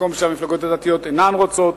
מקום שהמפלגות הדתיות אינן רוצות,